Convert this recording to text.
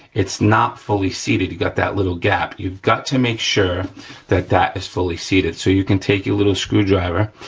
it's not fully seated, you got that little gap. you've got to make sure that that is fully seated. so, you can take your little screwdriver,